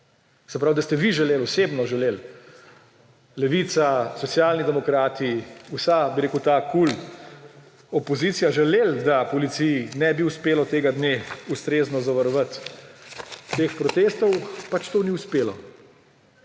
se pravi, da ste vi želeli, osebno želeli, Levica, Socialni demokrati, vsa ta KUL opozicija želeli, da policiji ne bi uspelo tega dne ustrezno zavarovati teh protestov, pač to ni uspelo,